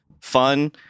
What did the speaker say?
fun